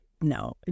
No